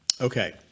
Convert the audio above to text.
Okay